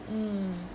mm